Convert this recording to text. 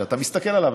שאתה מסתכל עליו,